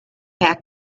back